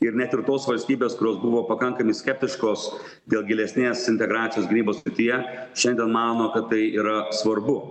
ir net ir tos valstybės kurios buvo pakankamai skeptiškos dėl gilesnės integracijos gynybos srityje šiandien mano kad tai yra svarbu